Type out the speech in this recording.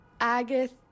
Agatha